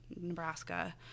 Nebraska